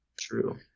True